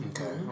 Okay